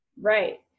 Right